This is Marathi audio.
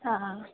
हां हां